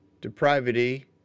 depravity